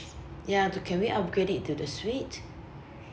ya to can we upgrade it to the suite